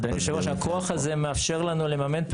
אדוני יושב הראש, הכוח הזה מאפשר לנו לממן.